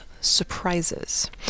Surprises